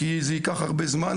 כי זה ייקח הרבה זמן,